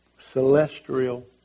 celestial